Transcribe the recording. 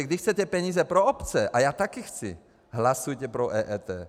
Když chcete peníze pro obce, a já taky chci, hlasujte pro EET.